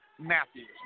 Matthews